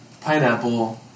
pineapple